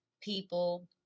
people